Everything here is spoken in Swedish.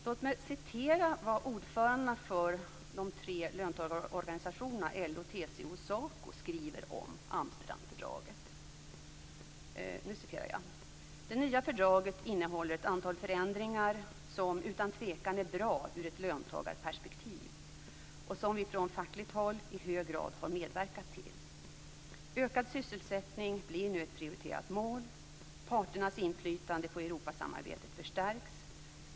Låt mig återge vad ordförandena för de tre löntagarorganisationerna LO, TCO och SACO skriver om Amsterdamfördraget: Det nya fördraget innehåller ett antal förändringar som utan tvekan är bra ur ett löntagarperspektiv och som vi från fackligt håll i hög grad har medverkat till. Ökad sysselsättning bli nu ett prioriterat mål. Parternas inflytande på Europasamarbetet förstärks.